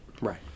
right